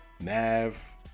Nav